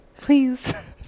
please